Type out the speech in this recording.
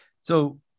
So-